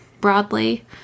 broadly